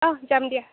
অঁ যাম দিয়া